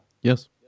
Yes